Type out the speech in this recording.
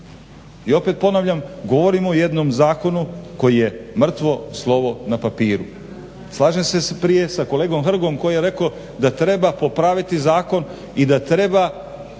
I opet ponavljam, govorimo o jednom zakonu koji je mrtvo slovo na papiru. Slažem se prije sa kolegom Hrgom koji je rekao da treba popraviti zakon i da treba